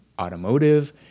automotive